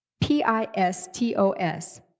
P-I-S-T-O-S